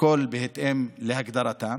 הכול בהתאם להגדרתם